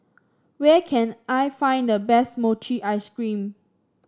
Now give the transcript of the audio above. where can I find the best Mochi Ice Cream